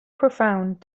profound